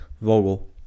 Vogel